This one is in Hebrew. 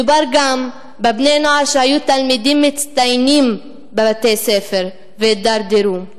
מדובר גם בבני נוער שהיו תלמידים מצטיינים בבתי-הספר והידרדרו.